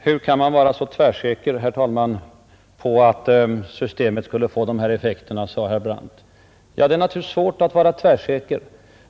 Herr talman! Hur kan man vara så tvärsäker på att systemet skulle få dessa effekter, undrade herr Brandt. Ja, det är naturligtvis farligt att vara tvärsäker.